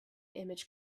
image